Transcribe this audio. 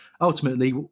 ultimately